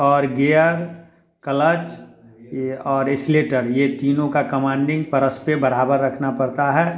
और gear clutch और accelerator ये तीनों का कमांडिंग बराबर रखना पड़ता है